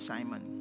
Simon